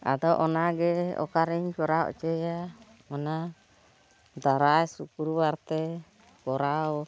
ᱟᱫᱚ ᱚᱱᱟ ᱜᱮ ᱚᱠᱟᱨᱮᱧ ᱠᱚᱨᱟᱣ ᱚᱪᱚᱭᱟ ᱚᱱᱟ ᱫᱟᱨᱟᱭ ᱥᱩᱠᱨᱩ ᱵᱟᱨ ᱛᱮ ᱠᱚᱨᱟᱣ